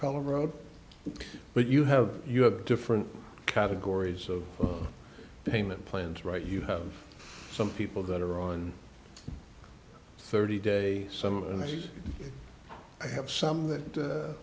road but you have you have different categories of payment plans right you have some people that are on thirty day some of us i have some that